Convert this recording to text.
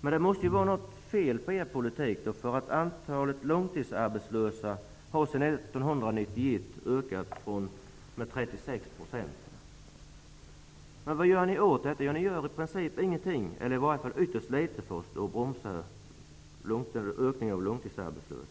Men det måste vara något fel på er politik, för antalet långtidsarbetslösa har sedan 1991 ökat med 36 %. Vad gör ni åt detta? Ni gör i princip ingenting, eller i varje fall ytterst litet, för att bromsa ökningen av antalet långtidsarbetslösa.